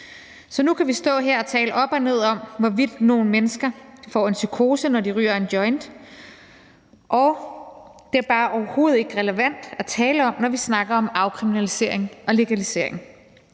Så nu kan vi stå her og tale op og ned om, hvorvidt nogle mennesker får en psykose, når de ryger en joint, og det er bare overhovedet ikke relevant at tale om, når vi snakker om afkriminalisering og legalisering.